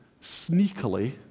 sneakily